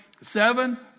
seven